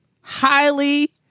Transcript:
highly